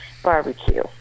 barbecue